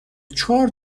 چهار